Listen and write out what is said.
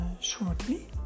shortly